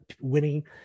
winning